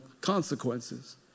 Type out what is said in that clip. consequences